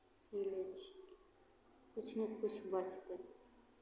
C लै छियै किछु ने किछु बचतै